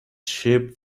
ship